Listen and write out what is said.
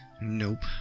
Nope